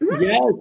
Yes